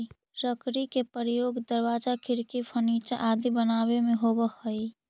लकड़ी के प्रयोग दरवाजा, खिड़की, फर्नीचर आदि बनावे में होवऽ हइ